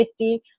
50